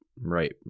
right